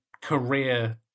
career